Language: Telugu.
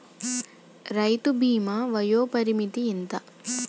రైతు బీమా వయోపరిమితి ఎంత?